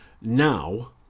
Now